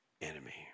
enemy